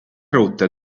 rotta